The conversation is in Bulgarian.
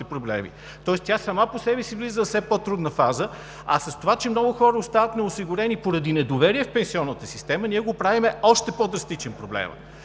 проблеми, тоест тя сама по себе си влиза във все по-трудна фаза. А с това, че много хора остават неосигурени поради недоверие в пенсионната система, ние го правим още по-драстичен проблема.